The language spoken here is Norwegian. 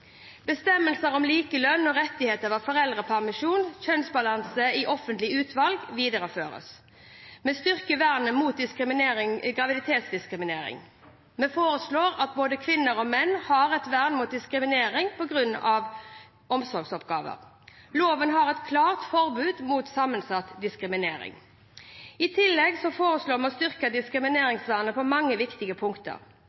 Bestemmelser om likelønn, rettigheter ved foreldrepermisjon og kjønnsbalanse i offentlige utvalg videreføres. Vi styrker vernet mot graviditetsdiskriminering. Vi foreslår at både kvinner og menn har et vern mot diskriminering på grunn av omsorgsoppgaver. Loven har et klart forbud mot sammensatt diskriminering. I tillegg foreslår vi å styrke